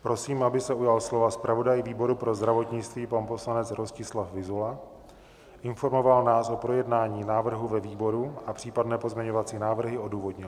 Prosím, aby se ujal slova zpravodaj výboru pro zdravotnictví, pan poslanec Rostislav Vyzula, informoval nás o projednání návrhu ve výboru a případné pozměňovací návrhy odůvodnil.